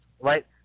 right